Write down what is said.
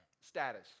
status